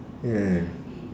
ya